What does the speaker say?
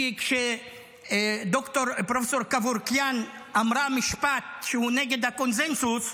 כי כשפרופ' קיבורקיאן אמרה משפט שהוא נגד הקונסנזוס,